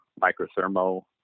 microthermo